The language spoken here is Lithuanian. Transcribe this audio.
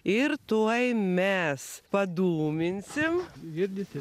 ir tuoj mes padūminsim girdisi